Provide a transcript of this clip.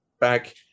back